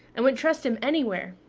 and would trust him anywhere.